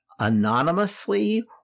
anonymously